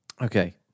Okay